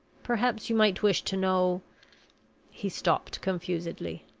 perhaps you might wish to know he stopped confusedly,